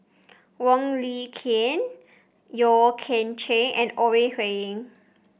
Wong Lin Ken Yeo Kian Chye and Ore Huiying